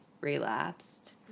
relapsed